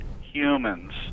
humans